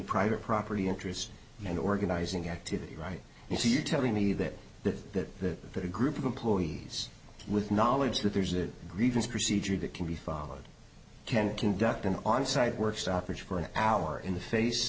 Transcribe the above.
private property interest and organizing activity right and so you're telling me that the that the that a group of ponies with knowledge that there's a grievance procedure that can be followed can conduct an on site work stoppage for an hour in the face